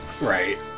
Right